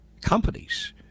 companies